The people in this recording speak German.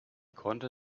konnte